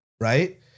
right